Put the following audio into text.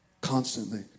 Constantly